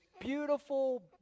beautiful